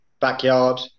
backyard